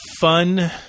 fun